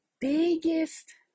biggest